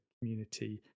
community